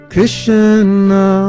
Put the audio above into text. Krishna